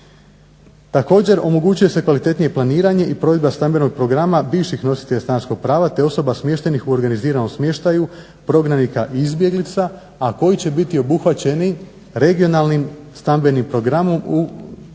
Također, omogućuje se kvalitetnije planiranje i provedba stambenog programa bivših nositelja stanarskog prava, te osoba smještenih u organiziranom smještaju prognanika i izbjeglica, a koji će biti obuhvaćeni regionalnim stambenim programom čija